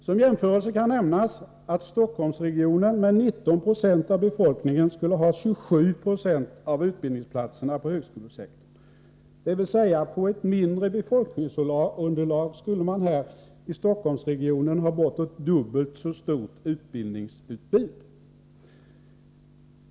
Som jämförelse kan nämnas att Stockholmsregionen med 1990 av befolkningen skulle ha 27 20 av utbildningsplatserna på högskolesektorn, dvs. på ett mindre befolkningsunderlag skulle man här i Stockholmsregionen ha bortåt dubbelt så stort utbildningsutbud.